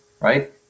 right